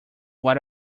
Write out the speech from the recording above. what